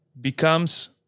becomes